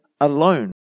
alone